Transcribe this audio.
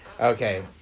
Okay